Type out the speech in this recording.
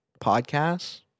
Podcasts